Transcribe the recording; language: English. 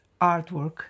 artwork